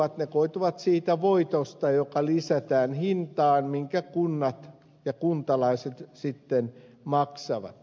ne koituvat siitä voitosta joka lisätään hintaan minkä kunnat ja kuntalaiset sitten maksavat